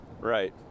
Right